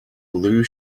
blue